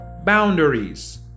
boundaries